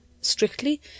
strictly